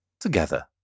together